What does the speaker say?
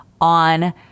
on